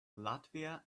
latvia